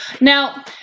Now